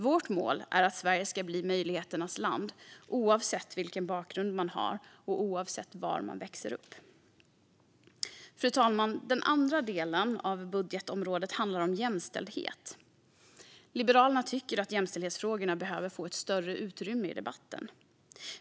Vårt mål är att Sverige ska bli möjligheternas land oavsett vilken bakgrund man har och oavsett var man växer upp. Fru talman! Den andra delen av budgetområdet handlar om jämställdhet. Liberalerna tycker att jämställdhetsfrågorna behöver få ett större utrymme i debatten.